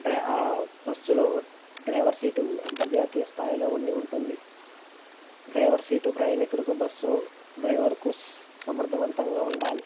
dry బస్సులో driver seat అంతర్జాతీయ స్థాయిలో ఉండి ఉంటుంది డ్రైవర్ సీటు ప్రయాణికులకు బస్సు డ్రైవర్కు సమర్థవంతంగా ఉండాలి